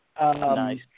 nice